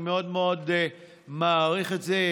אני מאוד מאוד מעריך את זה.